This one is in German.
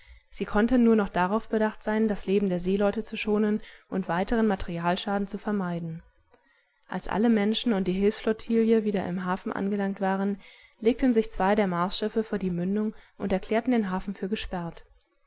sie konnten nur noch darauf bedacht sein das leben der seeleute zu schonen und weiteren materialschaden zu vermeiden als alle menschen und die hilfsflottille wieder im hafen angelangt waren legten sich zwei der marsschiffe vor die mündung und erklärten den hafen für gesperrt